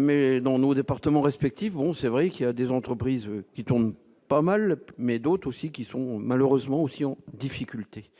mais dans nos départements respective, ont, c'est vrai qu'il y a des entreprises qui tombent pas mal, mais d'autres aussi qui sont malheureusement aussi en difficulté,